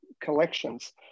collections